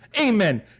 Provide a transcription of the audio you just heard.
Amen